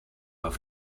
auf